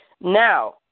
Now